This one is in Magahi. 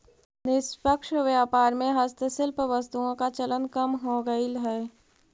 निष्पक्ष व्यापार में हस्तशिल्प वस्तुओं का चलन कम हो गईल है